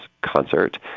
concert